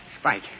Spike